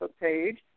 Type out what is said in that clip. page